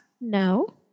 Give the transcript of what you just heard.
No